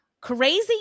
crazy